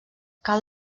cal